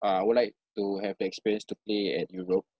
uh I would like to have experience to play at europe